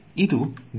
ಇದು ಮತ್ತು ಇದು ನನ್ನ v